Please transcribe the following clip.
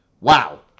Wow